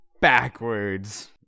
backwards